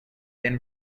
then